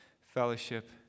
fellowship